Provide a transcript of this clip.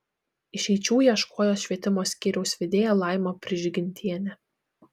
išeičių ieškojo švietimo skyriaus vedėja laima prižgintienė